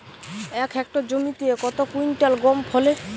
এক হেক্টর জমিতে কত কুইন্টাল গম ফলে?